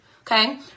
Okay